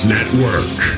Network